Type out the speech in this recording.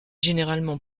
généralement